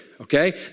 Okay